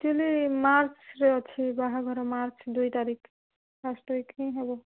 actually ମାର୍ଚ୍ଚରେ ଅଛି ବାହାଘର ମାର୍ଚ୍ଚ ଦୁଇ ତାରିଖ ଫାର୍ଷ୍ଟ ୱିକ୍ ହିଁ ହେବ